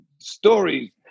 stories